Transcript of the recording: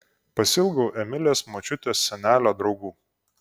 pasiilgau emilės močiutės senelio draugų